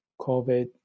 COVID